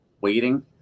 waiting